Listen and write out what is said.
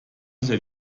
ise